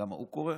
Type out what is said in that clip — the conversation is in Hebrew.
למה, הוא קורא?